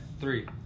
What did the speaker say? Three